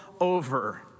over